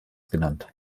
genannt